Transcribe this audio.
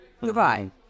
Goodbye